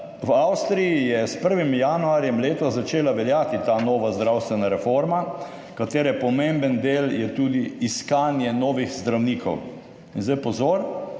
v Avstriji je s 1. januarjem letos začela veljati ta nova zdravstvena reforma, katere pomemben del je tudi iskanje novih zdravnikov. In zdaj pozor,